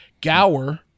Gower